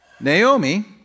Naomi